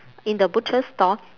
in the butcher's store